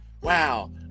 wow